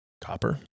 Copper